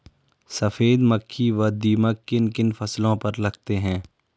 सफेद मक्खी व दीमक किन किन फसलों पर लगते हैं?